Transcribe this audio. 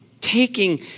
taking